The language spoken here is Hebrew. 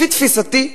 לפי תפיסתי,